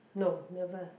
no never